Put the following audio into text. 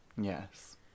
Yes